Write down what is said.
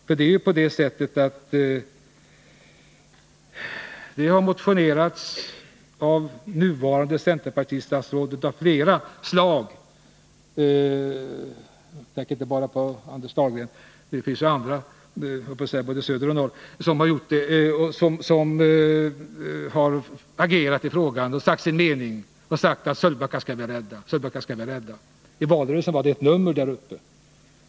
För det är ju så att det har motionerats av nuvarande centerpartistatsråd och av andra centerpartister — jagtänkerinte bara på Anders Dahlgren nu -— vilka har agerat i den här frågan och sagt sin mening. Man har sagt: Sölvbacka skall vi rädda! I valrörelsen var det ett stort nummer där uppe.